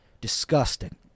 disgusting